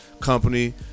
company